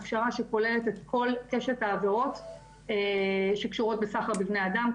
הכשרה שכוללת את כל קשת העבירות שקשורות בסחר בבני אדם.